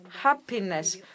happiness